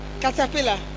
Caterpillar